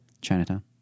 chinatown